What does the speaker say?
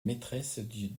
maîtresses